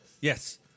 Yes